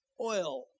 oil